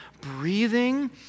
breathing